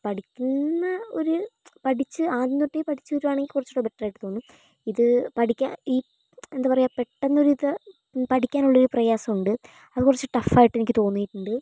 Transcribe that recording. പഠിക്കുന്ന ഒരു പഠിച്ച് ആദ്യം തൊട്ടേ പഠിച്ച് വരികയാണെങ്കിൽ കുറച്ചുകൂടി ബെറ്ററായിട്ട് തോന്നും ഇത് പഠിക്കാൻ ഈ എന്താ പറയുക പെട്ടെന്നൊരിത് പഠിക്കാനുള്ളൊരു പ്രയാസം ഉണ്ട് അത് കുറച്ച് ടഫ്ഫായിട്ടെനിക്ക് തോന്നിയിട്ടുണ്ട്